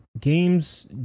games